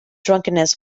drunkenness